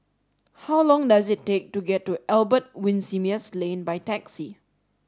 how long does it take to get to Albert Winsemius Lane by taxi